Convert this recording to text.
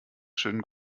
schönen